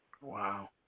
Wow